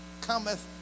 cometh